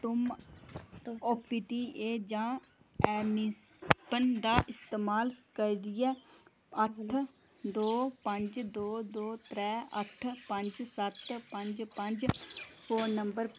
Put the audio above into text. तुम O P T ऐ जां ऐनीपन दा इस्तमाल करियै अट्ठ दो पंज दो दो त्रै अट्ठ पंज सत पंज पंज फोन नंबर